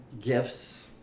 gifts